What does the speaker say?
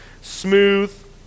smooth